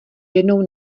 jednou